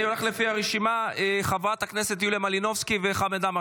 אני הולך לפי הרשימה: חברת הכנסת יוליה מלינובסקי וחמד עמאר,